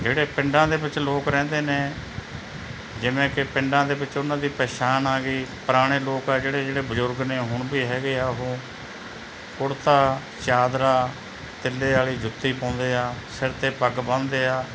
ਜਿਹੜੇ ਪਿੰਡਾਂ ਦੇ ਵਿੱਚ ਲੋਕ ਰਹਿੰਦੇ ਨੇ ਜਿਵੇਂ ਕਿ ਪਿੰਡਾਂ ਦੇ ਵਿੱਚ ਉਹਨਾਂ ਦੀ ਪਛਾਣ ਆ ਗਈ ਪੁਰਾਣੇ ਲੋਕ ਆ ਜਿਹੜੇ ਜਿਹੜੇ ਬਜ਼ੁਰਗ ਨੇ ਹੁਣ ਵੀ ਹੈਗੇ ਆ ਉਹ ਕੁੜਤਾ ਚਾਦਰਾ ਤਿੱਲੇ ਵਾਲੀ ਜੁੱਤੀ ਪਾਉਂਦੇ ਆ ਸਿਰ 'ਤੇ ਪੱਗ ਬੰਨ੍ਹਦੇ ਆ